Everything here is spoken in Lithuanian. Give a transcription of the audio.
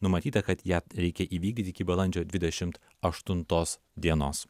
numatyta kad ją reikia įvykdyti iki balandžio dvidešimt aštuntos dienos